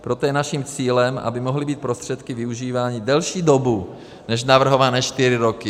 Proto je naším cílem, aby mohly být prostředky využívány delší dobu než navrhované čtyři roky.